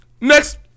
next